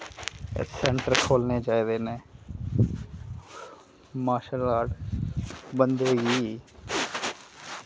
एह् सैंटर खोलने चाहिदे नै मार्शल आर्ट बंदे गी